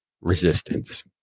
resistance